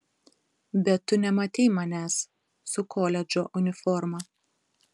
bet tu nematei manęs su koledžo uniforma